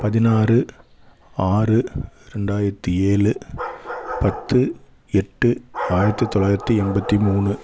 பதினாறு ஆறு ரெண்டாயிரத்து ஏழு பத்து எட்டு ஆயிரத்து தொள்ளாயிரத்து எண்பத்து மூணு